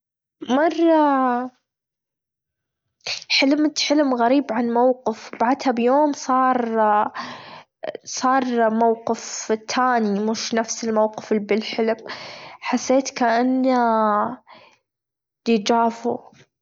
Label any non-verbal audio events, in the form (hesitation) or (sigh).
(noise) مرة (hesitation) حلمت حلم غريب عن موقف بعدها بيوم صار (hesitation) صار موقف تاني مش نفس الموقف اللي بالحلم حسيت كأنى (hesitation) ديجافو.